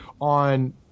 on